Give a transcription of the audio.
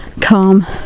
calm